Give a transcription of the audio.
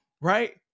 Right